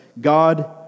God